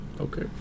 okay